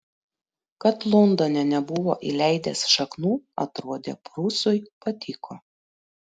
kad londone nebuvo įleidęs šaknų atrodė prūsui patiko